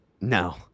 No